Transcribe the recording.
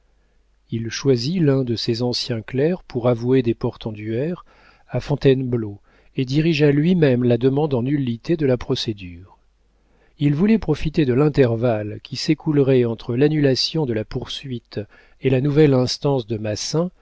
il choisit l'un de ses anciens clercs pour avoué des portenduère à fontainebleau et dirigea lui-même la demande en nullité de la procédure il voulait profiter de l'intervalle qui s'écoulerait entre l'annulation de la poursuite et la nouvelle instance de massin